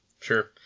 Sure